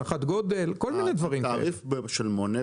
גם לגבי תקנות וגם לגבי פטור ספציפי?